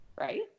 right